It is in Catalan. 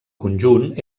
conjunt